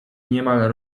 niemal